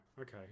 okay